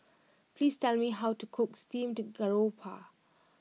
please tell me how to cook steamed Garoupa